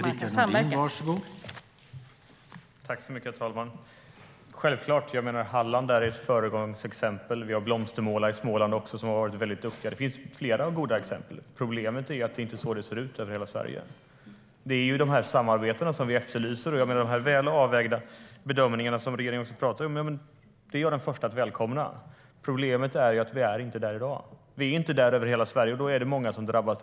Herr talman! Det är självklart. Halland är ett föregångsexempel. I Blomstermåla i Småland har de också varit väldigt duktiga. Det finns flera goda exempel. Problemet är att det inte ser så ut i hela Sverige. Det är de här samarbetena som vi efterlyser. Och de väl avvägda bedömningar som regeringen pratar om är jag den första att välkomna. Problemet är att vi inte är där i dag. Vi är inte där i hela Sverige. Då är det många som drabbas.